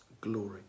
glory